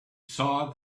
saw